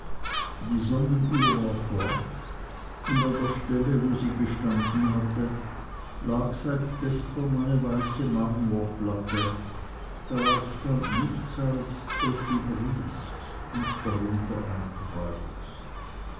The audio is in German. die sonnenuhr war fort und an der stelle wo sie gestanden hatte lag seit gestern eine weiße marmorplatte darauf stand nichts als effi briest und darunter ein kreuz